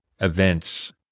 events